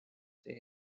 see